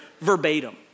verbatim